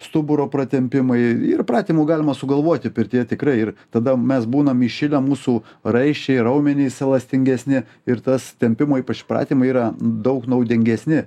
stuburo pratempimai ir pratimų galima sugalvoti pirtyje tikrai ir tada mes būnam įšile mūsų raiščiai raumenys elastingesni ir tas tempimo ypač pratimai yra daug naudingesni